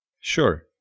Sure